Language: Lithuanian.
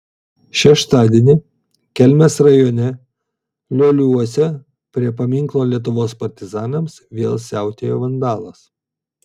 šeštadienį kelmės rajone lioliuose prie paminklo lietuvos partizanams vėl siautėjo vandalas